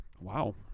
Wow